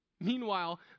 Meanwhile